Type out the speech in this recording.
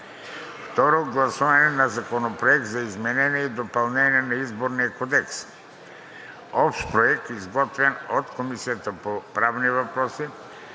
Второ гласуване на Законопроекта за изменение и допълнение на Изборния кодекс – общ проект, изготвен от Комисията по правни въпроси